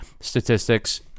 statistics